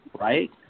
Right